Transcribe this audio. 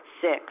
Six